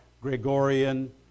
Gregorian